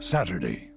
Saturday